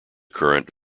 current